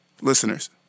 listeners